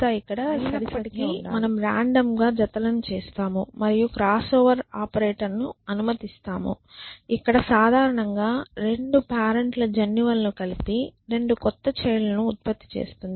అయినప్పటికీ మనము రాండమ్ గా జతలను చేస్తాము మరియు క్రాస్ ఓవర్ ఆపరేటర్ ను అనుమతిస్తాము ఇక్కడ సాధారణంగా 2 పేరెంట్ ల జన్యువులను కలిపి 2 కొత్త చైల్డ్ లను ఉత్పత్తి చేస్తుంది